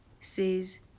says